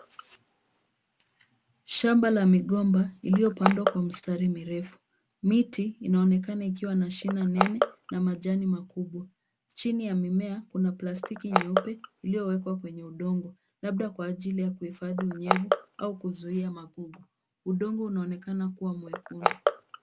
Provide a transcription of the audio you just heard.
Shamba la migomba iliyopandwa kwa mstari mirefu, miti inaonekana ikiwa na shina nene na majani makubwa. Chini ya mimea kuna plastiki nyeupe iliyowekwa kwenye udongo labda kwa ajili ya kuhifadhu unyevu au kuzuia magugu. Udongo unaonekana kuwa mwekundu.